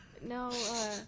no